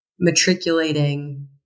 matriculating